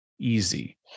easy